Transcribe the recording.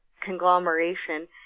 conglomeration